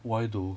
why though